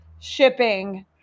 shipping